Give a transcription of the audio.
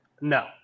No